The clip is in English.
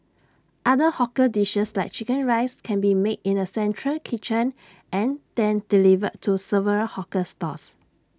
other hawker dishes like Chicken Rice can be made in A central kitchen and delivered to several hawker stalls